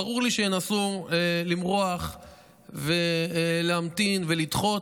ברור לי שינסו למרוח ולהמתין ולדחות.